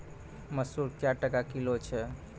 मसूर क्या टका किलो छ?